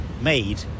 made